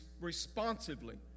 Responsively